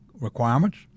requirements